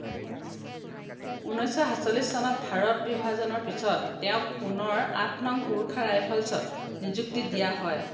উনৈছশ সাতচল্লিছ চনত ভাৰত বিভাজনৰ পিছত তেওঁক পুনৰ আঠ নং গোৰ্খা ৰাইফলছত নিযুক্তি দিয়া হয়